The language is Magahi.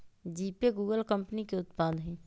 जीपे गूगल कंपनी के उत्पाद हइ